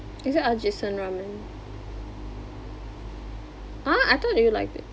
is it Ajisen ramen !huh! I thought you liked it